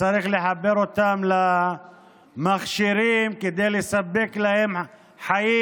שצריך לחבר אותם למכשירים כדי לספק להם חיים?